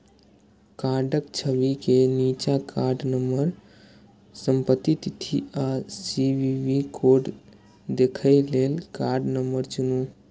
कार्डक छवि के निच्चा कार्ड नंबर, समाप्ति तिथि आ सी.वी.वी कोड देखै लेल कार्ड नंबर चुनू